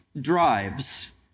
drives